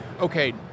okay